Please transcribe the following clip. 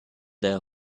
their